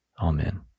Amen